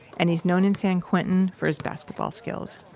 and he's known in san quentin for his basketball skills